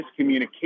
miscommunication